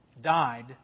died